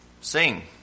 sing